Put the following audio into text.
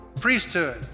priesthood